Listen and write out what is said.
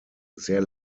sehr